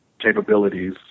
capabilities